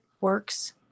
works